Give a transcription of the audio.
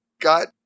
got